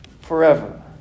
forever